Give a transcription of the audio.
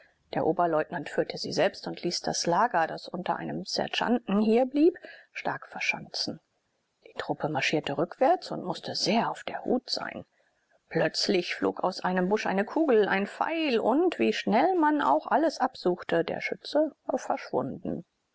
der oberleutnant führte sie selbst und ließ das lager das unter einem sergeanten hier blieb stark verschanzen die truppe marschierte rückwärts und mußte sehr auf der hut sein plötzlich flog aus einem busch eine kugel ein pfeil und wie schnell man auch alles absuchte der schütze war verschwunden